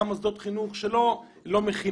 גם מוסדות שהם לא מכינות,